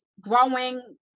growing